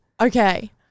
Okay